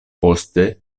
poste